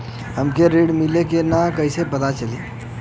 हमके ऋण मिली कि ना कैसे पता चली?